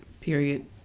period